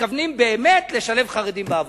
מתכוונות באמת לשלב חרדים בעבודה.